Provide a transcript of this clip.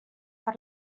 per